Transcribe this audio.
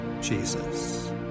Jesus